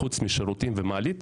חוץ משירותים ומעלית,